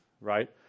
right